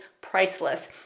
priceless